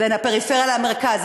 בין הפריפריה למרכז.